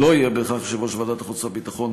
לא יהיה בהכרח יושב-ראש ועדת החוץ והביטחון,